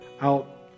out